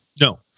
No